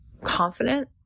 confident